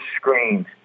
screens